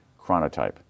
chronotype